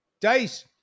Dice